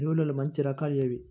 ఎరువుల్లో మంచి రకాలు ఏవి?